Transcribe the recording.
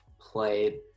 play